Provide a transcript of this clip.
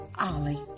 Ollie